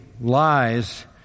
lies